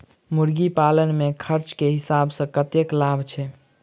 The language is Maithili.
मुर्गी पालन मे खर्च केँ हिसाब सऽ कतेक लाभ छैय?